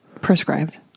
Prescribed